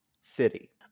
City